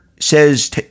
says